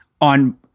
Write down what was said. on